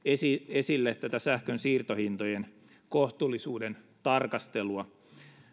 esille tätä sähkönsiirtohintojen kohtuullisuuden tarkastelua